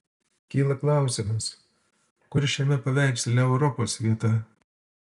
kyla klausimas kur šiame paveiksle europos vieta